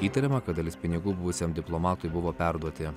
įtariama kad dalis pinigų buvusiam diplomatui buvo perduoti